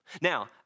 Now